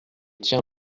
tiens